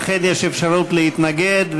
לכן יש אפשרות להתנגד,